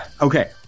Okay